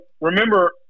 remember